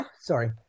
Sorry